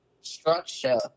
structure